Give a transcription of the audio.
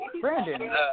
Brandon